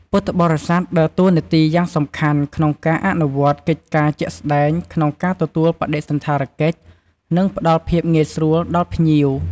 ពួកគាត់ជាកម្លាំងចលករដ៏សំខាន់នៅពីក្រោយការរៀបចំ និងការស្វាគមន៍។